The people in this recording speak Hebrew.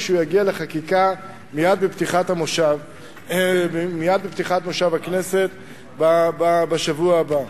וזה יגיע לחקיקה מייד בפתיחת מושב הכנסת בשבוע הבא.